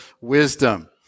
wisdom